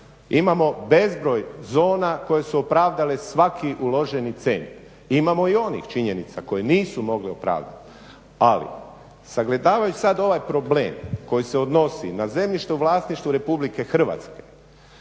Imamo bezbroj zona koje su opravdale svaki uloženi cent. Imamo i onih činjenica koje nisu mogle opravdati. Ali sagledavajući sad ovaj problem koji se odnosi na zemljište u vlasništvu Republike Hrvatske,